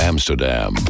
Amsterdam